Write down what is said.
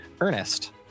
Ernest